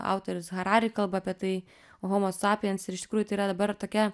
autorius harari kalba apie tai homo sapiens ir iš tikrųjų tai yra dabar tokia